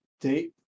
date